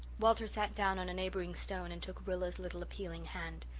walter sat down on a neighbouring stone and took rilla's little appealing hand.